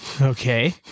okay